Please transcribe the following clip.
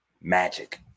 Magic